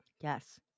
Yes